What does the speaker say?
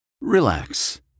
Relax